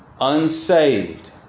unsaved